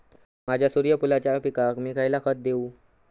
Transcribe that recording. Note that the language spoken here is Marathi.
माझ्या सूर्यफुलाच्या पिकाक मी खयला खत देवू?